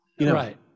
Right